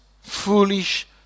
foolish